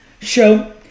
show